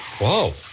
Whoa